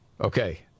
Okay